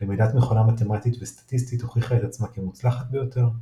למידת מכונה מתמטית וסטטיסטית הוכיחה את עצמה כמוצלחת ביותר,